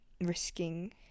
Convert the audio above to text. risking